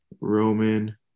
Roman